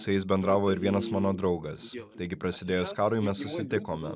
su jais bendravo ir vienas mano draugas taigi prasidėjus karui mes susitikome